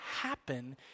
happen